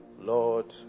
Lord